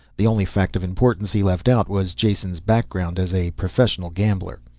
the only fact of importance he left out was jason's background as a professional gambler.